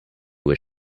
was